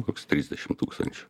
koks trisdešimt tūkstančių